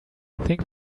think